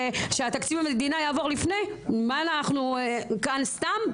ותקציב המדינה יעבור לפני אנחנו כאן סתם?